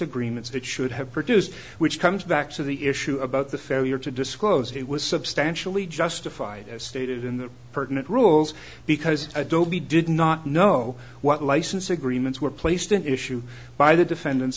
agreements that should have produced which comes back to the issue about the failure to disclose it was substantially justified as stated in the pertinent rules because adobe did not know what license agreements were placed in issue by the defendant